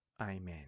Amen